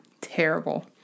Terrible